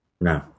No